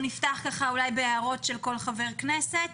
נפתח בהערות של כל חבר כנסת.